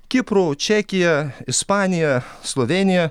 kipru čekija ispanija slovėnija